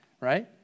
right